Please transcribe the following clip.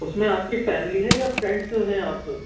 اس میں آپ کی فیملی ہے یا فرینڈس ہیں آپ